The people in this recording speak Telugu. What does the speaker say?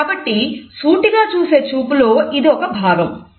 కాబట్టి సూటిగా చూసే చూపులో ఇది ఒక భాగం